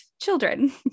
children